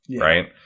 Right